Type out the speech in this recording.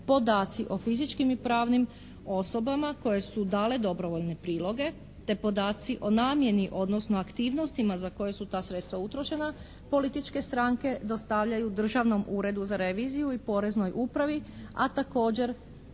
podaci o fizičkim i pravnim osobama koje su dale dobrovoljne priloge te podaci o najmi, odnosno aktivnostima za koje su ta sredstva utrošena političke stranke dostavljaju Državnom uredu za reviziju i poreznoj upravi, a također